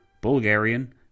Bulgarian